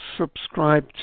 subscribe